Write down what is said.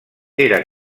era